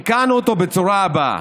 תיקנו אותו בצורה הבאה: